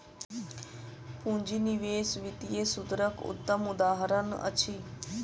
पूंजी निवेश वित्तीय सूत्रक उत्तम उदहारण अछि